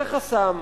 זה חסם.